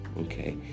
okay